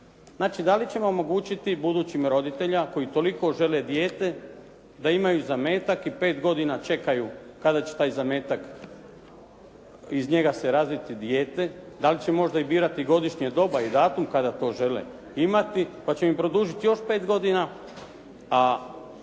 Znači da li ćemo omogućiti budućim roditeljima koji toliko žele dijete da imaju zametak i 5 godina čekaju kada će taj zametak iz njega se razviti dijete? Da li će možda i birati godišnje doba i datum kada to žele imati pa će im produžiti još 5 godina a